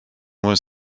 was